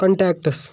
کَنٹیٚکٹَس